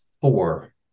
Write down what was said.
four